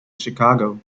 chicago